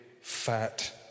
fat